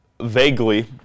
vaguely